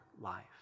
life